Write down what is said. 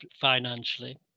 financially